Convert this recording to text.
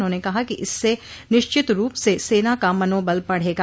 उन्होंने कहा कि इससे निश्चित रूप से सेना का मनोबल बढ़ेगा